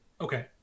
Okay